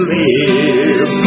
live